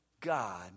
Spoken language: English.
God